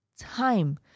Time